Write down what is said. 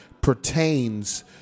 pertains